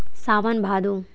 सावन भादो